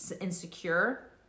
insecure